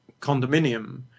condominium